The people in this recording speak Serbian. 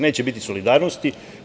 Neće biti solidarnosti.